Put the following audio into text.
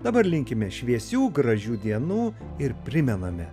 dabar linkime šviesių gražių dienų ir primename